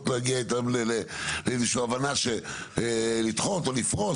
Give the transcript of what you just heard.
איך אפשר להגיע איתם לאיזושהי הבנה של לדחות או לפרוס,